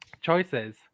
choices